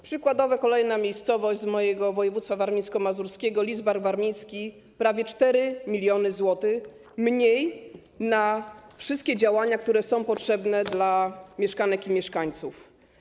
Przykładowa kolejna miejscowość mojego województwa warmińsko-mazurskiego: Lidzbark Warmiński - prawie 4 mln zł mniej na wszystkie działania, które są potrzebne dla mieszkanek i mieszkańców.